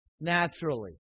naturally